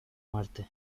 muerte